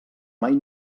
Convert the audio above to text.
mai